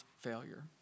failure